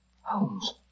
Holmes